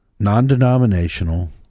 non-denominational